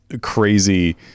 crazy